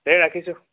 দে ৰাখিছোঁ